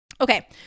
Okay